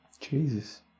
jesus